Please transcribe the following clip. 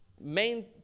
main